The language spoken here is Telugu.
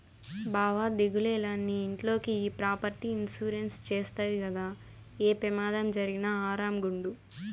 బావా దిగులేల, నీ ఇంట్లోకి ఈ ప్రాపర్టీ ఇన్సూరెన్స్ చేస్తవి గదా, ఏ పెమాదం జరిగినా ఆరామ్ గుండు